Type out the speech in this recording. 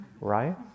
Right